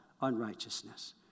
unrighteousness